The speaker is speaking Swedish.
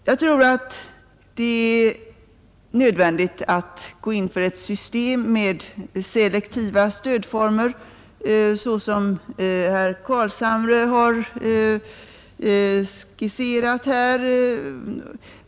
Jag tror att det är nödvändigt att gå in för ett system med selektiva stödformer, så som herr Carlshamre har skisserat.